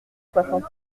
soixante